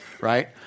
right